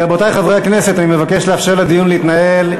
רבותי חברי הכנסת, אני מבקש לאפשר לדיון להתנהל.